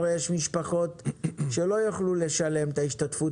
הרי יש משפחות שלא יוכלו לשלם את ההשתתפות